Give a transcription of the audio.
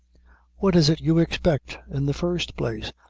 what is it you expect, in the first place?